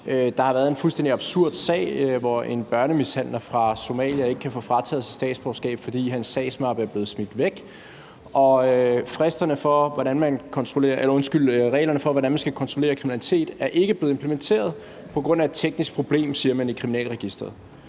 der har været en fuldstændig absurd sag, hvor en børnemishandler fra Somalia ikke kan blive frataget sit statsborgerskab, fordi hans sagsmappe er blevet smidt væk, og reglerne for, hvordan man skal kontrollere kriminalitet, er ikke blevet implementeret på grund af et teknisk problem i Kriminalregisteret,